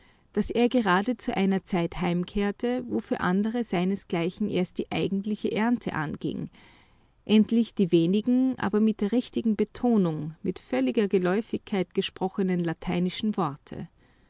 daß er gerade zu einer zeit heimkehrte wo für andere seinesgleichen erst die eigentliche ernte anging endlich die wenigen aber mit der richtigsten betonung mit völliger geläufigkeit gesprochenen lateinischen worte